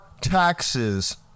taxes